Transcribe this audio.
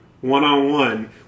one-on-one